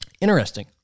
Interesting